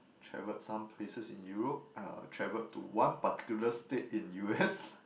traveled some places in Europe uh traveled to one particular state in u_s